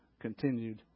continued